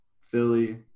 Philly